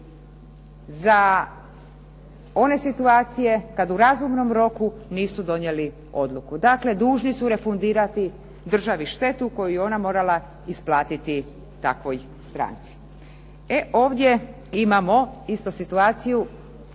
za one situacije kad u razumnom roku nisu donijeli odluku. Dakle dužni su refundirati državi štetu koju je ona morala isplatiti takvoj stranci. E ovdje imamo isto situaciju,